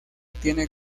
tiene